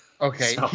Okay